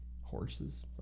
Horses